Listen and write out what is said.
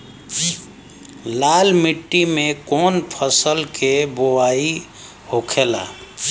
लाल मिट्टी में कौन फसल के बोवाई होखेला?